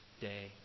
day